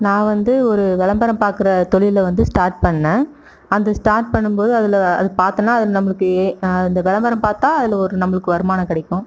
நான் வந்து ஒரு விளம்பரம் பார்க்குற தொழிலை வந்து ஸ்டார்ட் பண்ணேன் அந்த ஸ்டார்ட் பண்ணும்போது அதில் அது பார்த்தோன்னா அது நம்மளுக்கு இந்த விளம்பரம் பார்த்தா அதில் ஒரு நம்மளுக்கு வருமானம் கிடைக்கும்